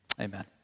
amen